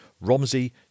romsey